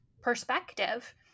perspective